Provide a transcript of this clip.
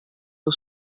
aux